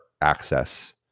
access